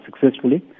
successfully